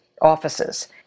offices